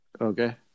Okay